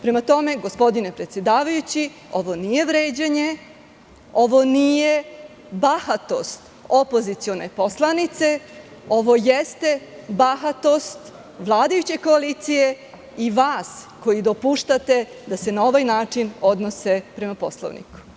Prema tome, gospodine predsedavajući, ovo nije vređanje, ovo nije bahatost opozicione poslanice, ovo jeste bahatost vladajuće koalicije i vas koji dopuštate da se na ovaj način odnose prema Poslovniku.